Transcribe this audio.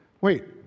wait